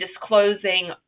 disclosing